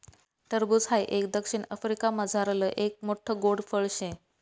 टरबूज हाई एक दक्षिण आफ्रिकामझारलं एक मोठ्ठ गोड फळ शे